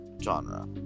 genre